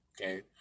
okay